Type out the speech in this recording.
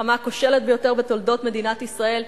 המלחמה הכושלת ביותר בתולדות מדינת ישראל,